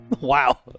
Wow